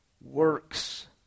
works